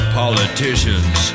politicians